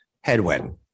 headwind